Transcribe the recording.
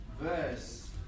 verse